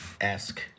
esque